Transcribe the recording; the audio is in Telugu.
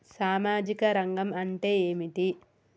సామాజిక రంగం అంటే ఏమిటి?